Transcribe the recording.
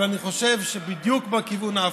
אבל אני חושב שבדיוק בכיוון ההפוך.